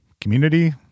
community